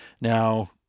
Now